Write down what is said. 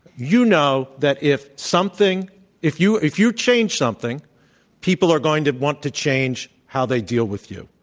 you know that if something if you if you change something people are going to want to change how they deal with you.